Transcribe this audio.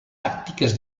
tàctiques